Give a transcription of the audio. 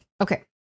Okay